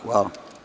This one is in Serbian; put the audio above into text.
Hvala.